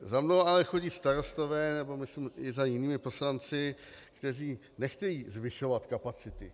Za mnou ale chodí starostové, nebo myslím i za jinými poslanci, kteří nechtějí zvyšovat kapacity.